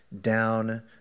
down